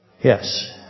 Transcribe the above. Yes